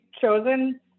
chosen